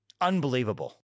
Unbelievable